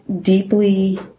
deeply